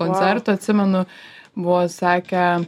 koncertų atsimenu buvo sakę